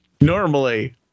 normally